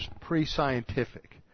pre-scientific